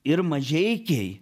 ir mažeikiai